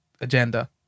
agenda